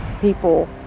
people